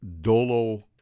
Dolo